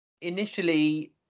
Initially